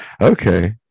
Okay